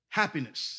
happiness